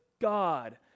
God